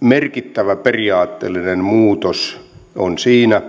merkittävä periaatteellinen muutos on siinä